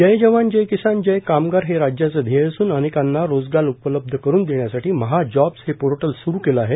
जय जवान जय किसान जय कामगार हे राज्याचं ध्येय अस्न अनेकांना रोजगार उपलब्ध करून देण्यासाठी महाजॉब्ज हे पोर्टल सुरू केलं आहे